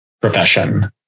profession